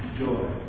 joy